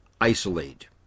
isolate